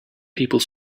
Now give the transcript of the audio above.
people